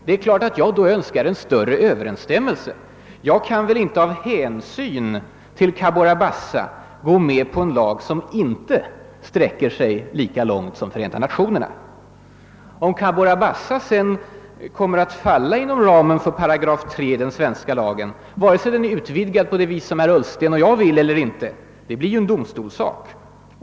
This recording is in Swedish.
Det är klart att jag då önskar en större överensstämmelse. Jag kan väl inte av hänsyn till Cabora Bassa gå med på en lag som inte sträcker sig lika långt som Förenta Nationerna. Om Cabora Bassa sedan kommer att falla inom ramen för 3 8 i den svenska lagen, vare sig den är utvidgad på det sätt som herr Ullsten och jag vill eller inte, blir en domstolssak.